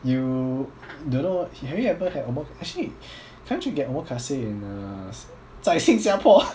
you don't know have you ever had oma~ actually can't you get omakase in uh 在新加坡